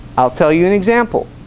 i'll tell you and example